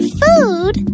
food